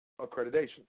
Accreditation